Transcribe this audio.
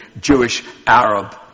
Jewish-Arab